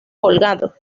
colgado